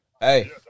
Hey